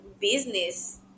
business